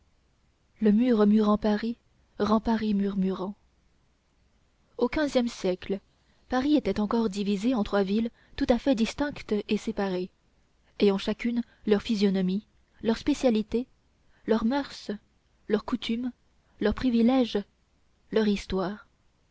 le mur murant paris rend paris murmurant au quinzième siècle paris était encore divisé en trois villes tout à fait distinctes et séparées ayant chacune leur physionomie leur spécialité leurs moeurs leurs coutumes leurs privilèges leur histoire